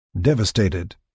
Devastated